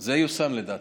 זה יושם, לדעתי.